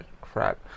Crap